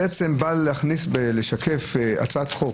באות לשקף הצעת חוק,